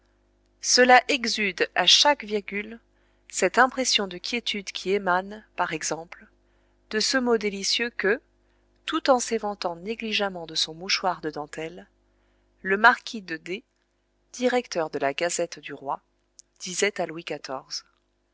cela exsude à chaque virgule cette impression de quiétude qui émane par exemple de ce mot délicieux que tout en s'éventant négligemment de son mouchoir de dentelles le marquis de d directeur de la gazette du roi disait à louis